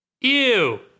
Ew